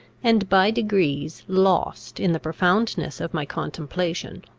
and by degrees lost, in the profoundness of my contemplation,